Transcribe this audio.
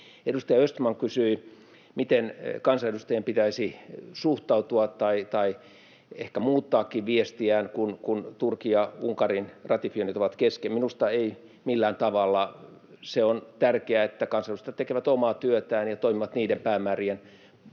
Edustaja Östman kysyi, miten kansanedustajien pitäisi suhtautua tai ehkä muuttaakin viestiään, kun Turkin ja Unkarin ratifioinnit ovat kesken. Minusta ei millään tavalla. On tärkeää, että kansanedustajat tekevät omaa työtään ja toimivat niiden päämäärien eteen,